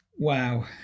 wow